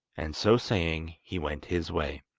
and so saying he went his way.